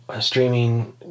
streaming